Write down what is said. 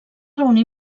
reunir